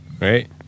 right